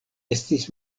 estis